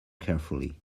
carefully